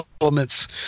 elements